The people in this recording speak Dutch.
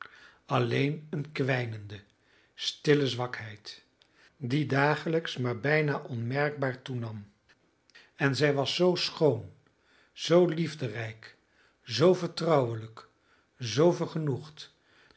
pijn alleen een kwijnende stille zwakheid die dagelijks maar bijna onmerkbaar toenam en zij was zoo schoon zoo liefderijk zoo vertrouwelijk zoo